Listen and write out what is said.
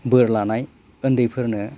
बोर लानाय उन्दैफोरनो